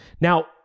Now